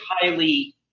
highly